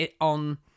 on